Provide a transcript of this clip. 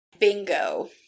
bingo